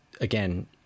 again